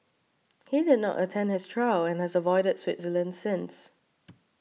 he did not attend his trial and has avoided Switzerland since